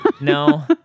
No